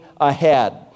ahead